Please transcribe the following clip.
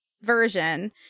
version